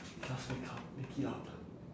just make up make it up